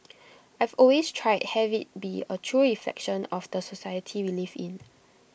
I've always tried have IT be A true reflection of the society we live in